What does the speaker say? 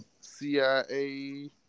CIA